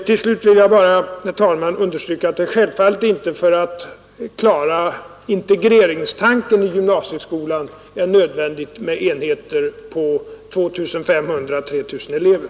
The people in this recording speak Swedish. Slutligen vill jag bara understryka att det självfallet inte för att klara integreringstanken i gymnasieskolan är nödvändigt med enheter på 2 500—-3 000 elever.